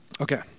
Okay